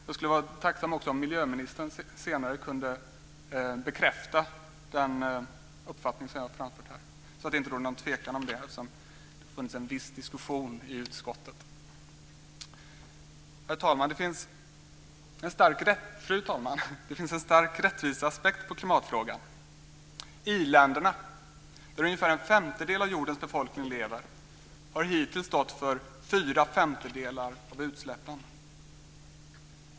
Jag skulle också vara tacksam om miljöministern senare kunde bekräfta den uppfattning som jag här har framfört, så att det inte råder någon tvekan om det eftersom det har funnits en viss diskussion i utskottet. Fru talman! Det finns en stark rättviseaspekt på klimatfrågan. I-länderna, där ungefär en femtedel av jordens befolkning lever, har hittills stått för fyra femtedelar av utsläppen.